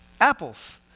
Apples